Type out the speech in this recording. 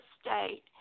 state